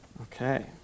okay